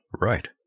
Right